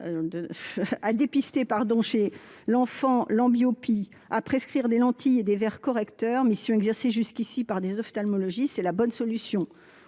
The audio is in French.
à dépister chez l'enfant l'amblyopie, à prescrire des lentilles et des verres correcteurs, missions exercées jusqu'ici par des ophtalmologistes, est la bonne solution.